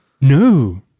No